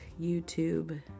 YouTube